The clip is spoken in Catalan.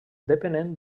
depenent